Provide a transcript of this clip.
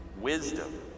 Wisdom